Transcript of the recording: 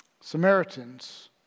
Samaritans